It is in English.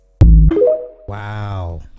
wow